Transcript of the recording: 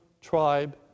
tribe